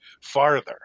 farther